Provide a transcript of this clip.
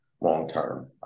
long-term